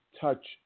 touch